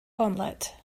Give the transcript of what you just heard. omelette